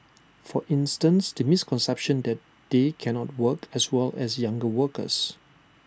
for instance the misconception that they cannot work as well as younger workers